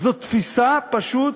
זו פשוט